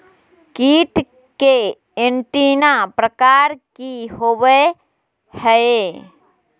कीट के एंटीना प्रकार कि होवय हैय?